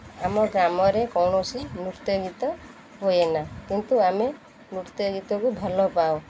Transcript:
ଆମ ଗ୍ରାମରେ କୌଣସି ନୃତ୍ୟ ଗୀତ ହୁଏନା କିନ୍ତୁ ଆମେ ନୃତ୍ୟ ଗୀତକୁ ଭଲ ପାଉ